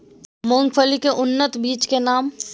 मूंगफली के उन्नत बीज के नाम?